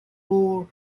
both